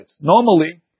Normally